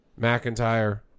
McIntyre